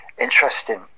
Interesting